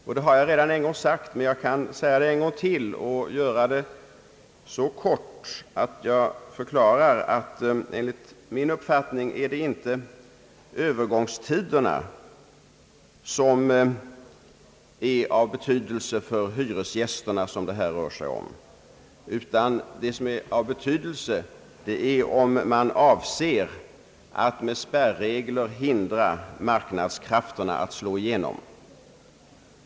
Jag har re dan sagt det en gång men kan kortfattat upprepa det. Enligt min uppfattning är det inte övergångstiderna som är av betydelse för de hyresgäster det här rör sig om, utan det som är av betydelse är om man avser att med spärrregler hindra marknadskrafterna att slå igenom.